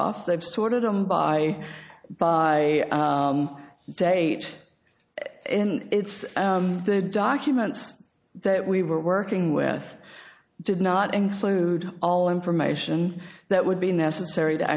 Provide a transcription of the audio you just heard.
them by by date and it's the documents that we were working with did not include all information that would be necessary to